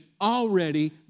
already